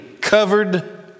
covered